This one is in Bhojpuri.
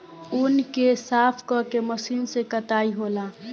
ऊँन के साफ क के मशीन से कताई होला